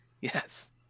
Yes